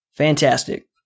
fantastic